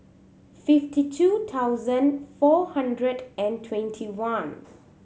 fifty two thousand four hundred and twenty one